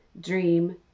dream